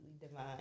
divine